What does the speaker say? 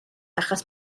achos